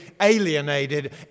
alienated